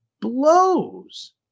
blows